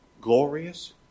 glorious